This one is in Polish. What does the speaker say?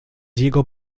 jego